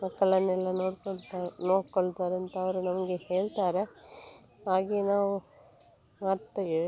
ಮಕ್ಕಳನ್ನೆಲ್ಲ ನೋಡಿಕೊಳ್ತಾ ನೋಡ್ಕೋತಾರೆ ಅಂತ ಅವರು ನಮಗೆ ಹೇಳ್ತಾರೆ ಹಾಗೇ ನಾವು ಮಾಡ್ತೇವೆ